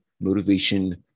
Motivation